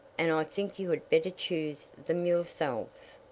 and i think you had better choose them yourselves.